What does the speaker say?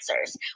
answers